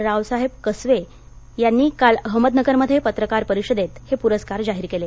रावसाहेब कसबे यांनी काल अहमदनगरमध्ये पत्रकार परिषदेत हे पुरस्कार जाहीर केले